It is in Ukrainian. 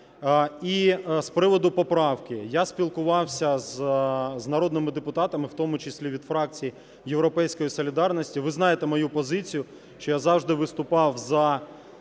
І з приводу поправки. Я спілкувався з народними депутатами, в тому числі від фракції "Європейської солідарності". Ви знаєте, мою позицію, що я завжди виступав за